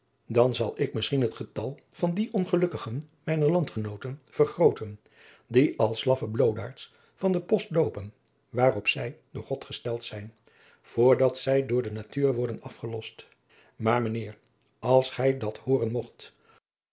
dan zal ik misschien het getal van die ongelukkigen mijner landgenooten vergrooten die als laffe bloodaards van den post loopen waarop zij door god gesteld zijn voor adriaan loosjes pzn het leven van maurits lijnslager dat zij door de natuur worden afgelost maar mijn heer als gij dat hooren mogt